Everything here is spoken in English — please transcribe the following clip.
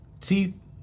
teeth